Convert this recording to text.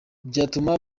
byatuma